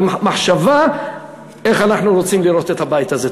עם מחשבה איך אנחנו רוצים לראות את הבית הזה.